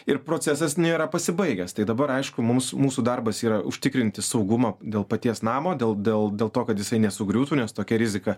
ir procesas nėra pasibaigęs tai dabar aišku mums mūsų darbas yra užtikrinti saugumą dėl paties namo dėl dėl dėl to kad jisai nesugriūtų nes tokia rizika